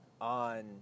on